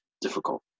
difficult